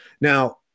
Now